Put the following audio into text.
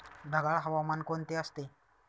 ढगाळ हवामान कोणते असते?